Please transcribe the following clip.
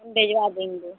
हम भिजवा देंगे